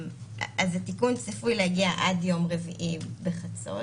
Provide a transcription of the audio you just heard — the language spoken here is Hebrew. התיקון צפוי להגיע עד יום רביעי בחצות,